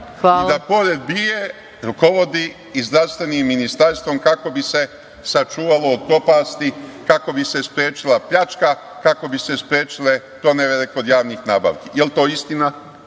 i da pored BIA rukovodi i zdravstvenim ministarstvom, kako bi se sačuvalo od propasti, kako bi se sprečila pljačka, kako bi se sprečile pronevere kod javnih nabavki. Jel to istina?